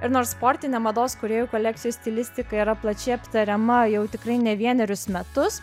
ir nors sportinė mados kūrėjų kolekcijos stilistika yra plačiai aptariama jau tikrai ne vienerius metus